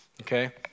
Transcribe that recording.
Okay